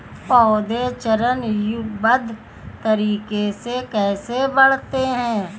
पौधे चरणबद्ध तरीके से कैसे बढ़ते हैं?